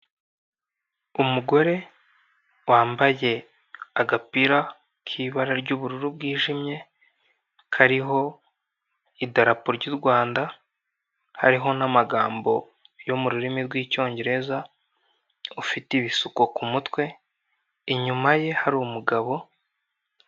Umugore wambaye agapira k'ibara ry'ubururu bwijimye, kariho idarapo ry'u Rwanda, hariho n'amagambo yo mu rurimi rw'icyongereza, ufite ibisuko ku mutwe, inyuma ye hari umugabo.